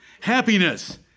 Happiness